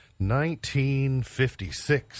1956